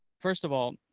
first of all,